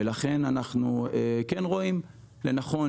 ולכן אנחנו כן רואים לנכון